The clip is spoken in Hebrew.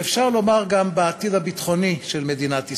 ואפשר לומר גם בעתיד הביטחוני של מדינת ישראל.